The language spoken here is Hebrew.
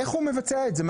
איך הוא מבצע את זה?